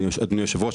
אדוני היושב-ראש,